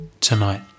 Tonight